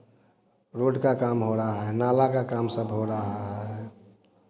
road का काम हो रा है नाला का काम सब हो रहा है